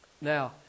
Now